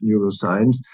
neuroscience